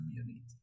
community